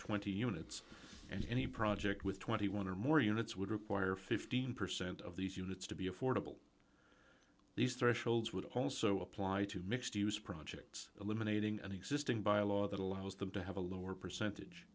twenty units and any project with twenty one dollars or more units would require fifteen percent of these units to be affordable these thresholds would also apply to mixed use projects eliminating an existing by a law that allows them to have a lower percentage